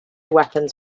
weapons